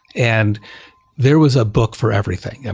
and there was a book for everything. and